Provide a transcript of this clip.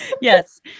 Yes